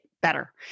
better